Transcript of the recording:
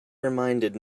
reminded